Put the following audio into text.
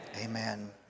Amen